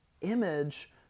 image